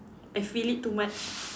I fail it too much